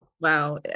Wow